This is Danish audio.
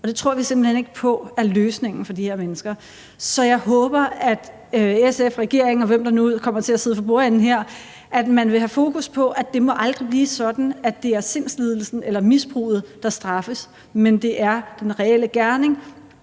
det tror vi simpelt hen ikke på er løsningen for de her mennesker. Så jeg håber, at man i SF og regeringen, og hvem der nu kommer til at sidde for bordenden her, vil have fokus på, at det aldrig må blive sådan, at det er sindslidelsen eller misbruget, der straffes, men at det er den reelle gerning,